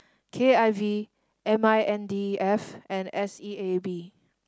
K I V M I N D E F and S E A B